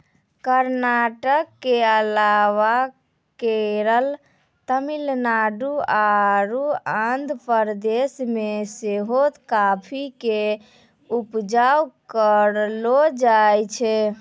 कर्नाटक के अलावा केरल, तमिलनाडु आरु आंध्र प्रदेश मे सेहो काफी के उपजा करलो जाय छै